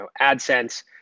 AdSense